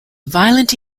violent